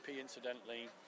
incidentally